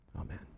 amen